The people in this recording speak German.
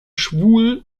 schwul